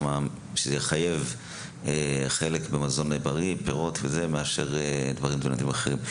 חיוב מזון בריא שמורכב מפירות וירקות יותר מאשר דברים אחרים.